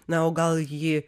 na o gal ji